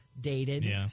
Dated